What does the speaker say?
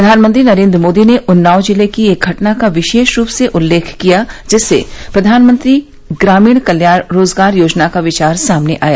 प्रधानमंत्री नरेंद्र मोदी ने उन्नाव जिले की एक घटना का विशेष रूप से उल्लेख किया जिससे प्रधानमंत्री ग्रामीण कल्याण रोजगार योजना का विचार सामने आया